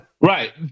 Right